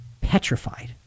petrified